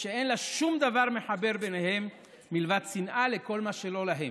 שאין להם שום דבר מחבר ביניהם מלבד שנאה לכל מה שלא להם,